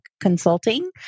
Consulting